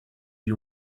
you